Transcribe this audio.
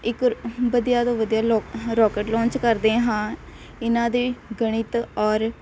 ਇੱਕ ਹ ਵਧੀਆ ਤੋਂ ਵਧੀਆ ਲੋਕ ਹ ਰੋਕਟ ਲਾਂਚ ਕਰਦੇ ਹਾਂ ਇਹਨਾਂ ਦੇ ਗਣਿਤ ਔਰ